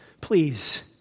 please